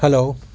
hello